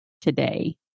today